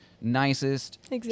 nicest